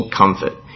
comfort